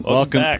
Welcome